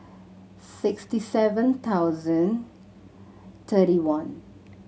sixty seven thousand thirty one